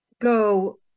go